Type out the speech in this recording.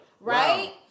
Right